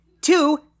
Two